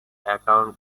account